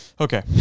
okay